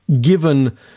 given